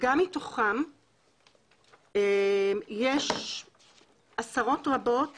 גם מתוכם יש עשרות רבות